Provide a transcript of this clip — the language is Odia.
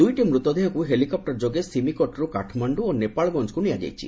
ଦୁଇଟି ମୃତଦେହକୁ ହେଲିକପୂରଯୋଗେ ସିମିକୋଟରୁ କାଠମାଣ୍ଡୁ ଓ ନେପାଳଗଞ୍ଜକୁ ନିଆଯାଇଛି